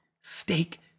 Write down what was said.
Steak